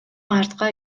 артка